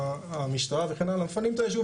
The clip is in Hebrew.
המשטרה וכן הלאה מפנים את הישוב,